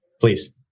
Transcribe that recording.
Please